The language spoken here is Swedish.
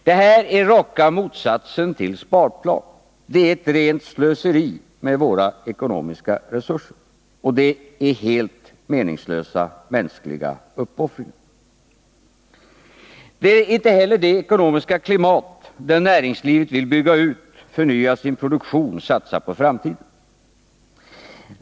Det här är raka motsatsen till sparplan — det är ett rent slöseri med våra ekonomiska resurser, och det är helt meningslösa mänskliga uppoffringar. Det är inte heller det ekonomiska klimat där näringslivet vill bygga ut, förnya sin produktion, satsa på framtiden.